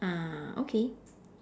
ah okay